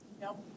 No